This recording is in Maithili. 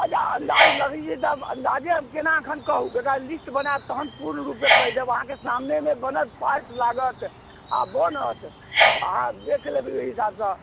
अच्छा अन्दाज लगैया तब अन्दाजे हम केना एखन कहू बगैर लिस्ट बनाएब तहन पूर्णरूपे कहि देब अहाँकेँ सामनेमे बनत पाइप लागत आ बनत अहाँ देखि लेबै ओहि हिसाबसँ